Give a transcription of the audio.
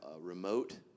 remote